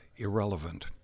irrelevant